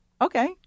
Okay